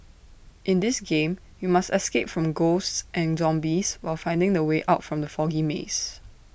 in this game you must escape from ghosts and zombies while finding the way out from the foggy maze